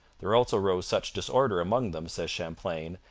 there also rose such disorder among them says champlain,